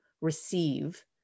receive